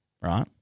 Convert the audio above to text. right